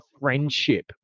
friendship